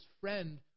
friend